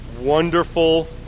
wonderful